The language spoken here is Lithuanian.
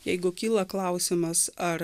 jeigu kyla klausimas ar